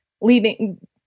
leaving